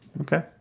okay